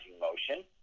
motion